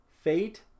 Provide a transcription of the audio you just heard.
fate